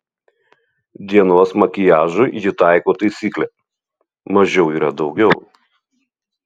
dienos makiažui ji taiko taisyklę mažiau yra daugiau